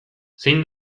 zein